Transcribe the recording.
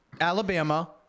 Alabama